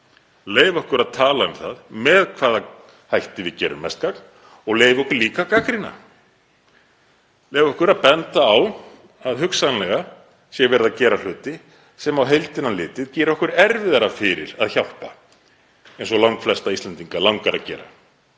leyfa okkur að tala um það með hvaða hætti við gerum mest gagn og leyfa okkur líka að gagnrýna, leyfa okkur að benda á að hugsanlega sé verið að gera hluti sem á heildina litið gera okkur erfiðara fyrir að hjálpa eins og langflesta Íslendinga langar að gera